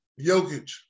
Jokic